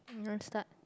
you don't start